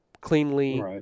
cleanly